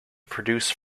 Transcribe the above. produce